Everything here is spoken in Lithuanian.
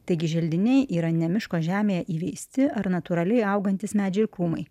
taigi želdiniai yra ne miško žemėje įveisti ar natūraliai augantys medžiai ir krūmai